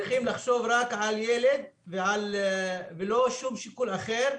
צריכים לחשוב רק על הילד ולא שום שיקול אחר.